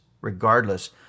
Regardless